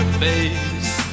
face